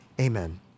amen